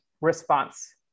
response